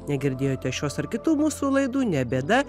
negirdėjote šios ar kitų mūsų laidų ne bėda